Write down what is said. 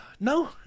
no